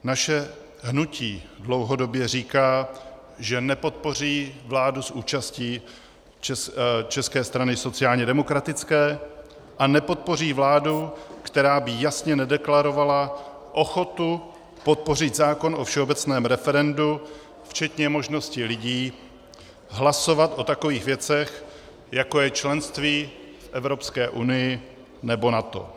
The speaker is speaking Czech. Naše hnutí dlouhodobě říká, že nepodpoří vládu s účastí České strany sociálně demokratické a nepodpoří vládu, která by jasně nedeklarovala ochotu podpořit zákon o všeobecném referendu včetně možnosti lidí hlasovat o takových věcech, jako je členství v Evropské unii nebo NATO.